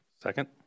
Second